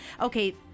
Okay